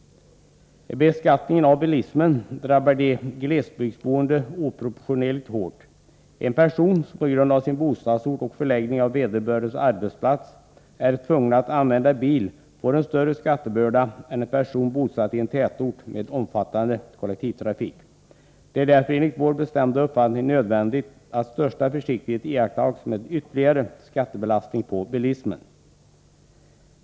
Beskattningen av bilismen drabbar dem som bor i glesbygd oproportionerligt hårt. En person som på grund av bostadsortens läge och förläggningen av sin arbetsplats är tvungen att använda bil får en större skattebörda än en person som är bosatt i en tätort med omfattande kollektivtrafik. Det är därför enligt vår bestämda uppfattning nödvändigt att största försiktighet iakttas med ytterligare skattebelastning på bilismen.